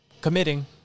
committing